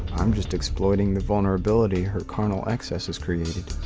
i'm just exploiting the vulnerability her carnal excesses created.